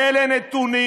ואלה נתונים,